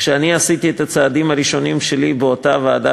כשאני עשיתי את הצעדים הראשונים שלי באותה ועדה,